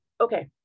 Okay